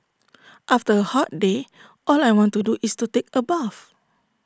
after A hot day all I want to do is to take A bath